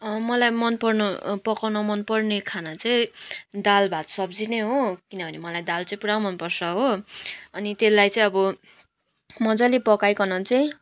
मलाई मनपर्न पकाउन मनपर्ने खाना चाहिँ दाल भात सब्जी नै हो किनभने मलाई दाल चाहिँ पुरा मनपर्छ हो अनि त्यसलाई चाहिँ अब मज्जाले पकाइकन चाहिँ